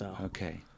Okay